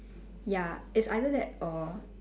ya it's either that or